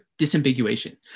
disambiguation